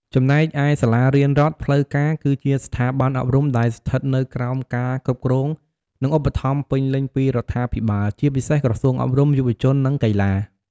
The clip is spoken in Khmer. ចំណែកឯសាលារៀនរដ្ឋផ្លូវការ គឺជាស្ថាប័នអប់រំដែលស្ថិតនៅក្រោមការគ្រប់គ្រង និងឧបត្ថម្ភពេញលេញពីរដ្ឋាភិបាល ជាពិសេសក្រសួងអប់រំ យុវជន និងកីឡា។